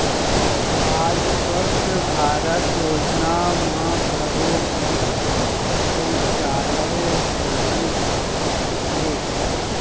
आज स्वच्छ भारत योजना म घरो घर सउचालय बनाए जावत हे